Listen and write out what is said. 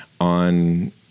on